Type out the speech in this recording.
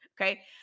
okay